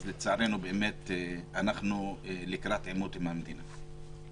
לצערנו אנחנו לקראת עימות עם המדינה.